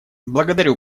благодарю